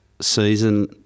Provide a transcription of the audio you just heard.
season